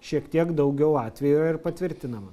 šiek tiek daugiau atvejų yra ir patvirtinama